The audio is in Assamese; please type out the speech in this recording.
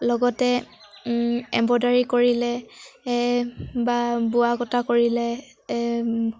লগতে এম্ব্ৰইডাৰী কৰিলে বা বোৱা কটা কৰিলে